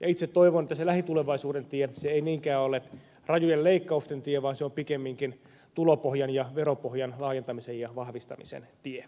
itse toivon että se lähitulevaisuuden tie ei niinkään ole rajujen leikkausten tie vaan se on pikemminkin tulopohjan ja veropohjan laajentamisen ja vahvistamisen tie suomen tie